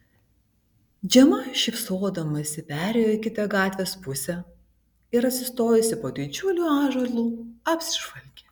džema šypsodamasi perėjo į kitą gatvės pusę ir atsistojusi po didžiuliu ąžuolu apsižvalgė